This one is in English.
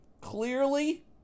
clearly